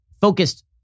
focused